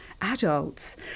adults